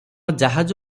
ଜାହାଜ